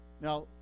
Now